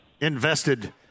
invested